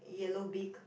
yellow beak